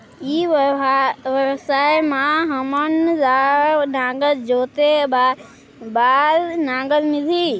ई व्यवसाय मां हामन ला नागर जोते बार नागर मिलही?